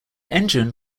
engine